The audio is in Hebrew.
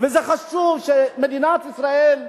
וזה חשוב שמדינת ישראל,